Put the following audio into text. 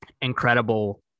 incredible